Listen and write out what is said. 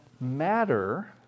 matter